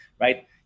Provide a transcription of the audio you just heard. right